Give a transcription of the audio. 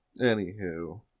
Anywho